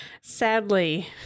Sadly